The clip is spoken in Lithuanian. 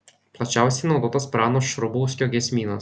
plačiausiai naudotas prano šrubauskio giesmynas